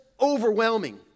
overwhelming